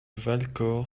valcor